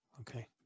okay